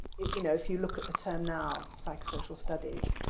you know if you look at the term now, psychosocial studies,